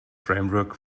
framework